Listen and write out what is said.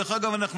דרך אגב,